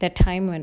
that time when